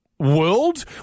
world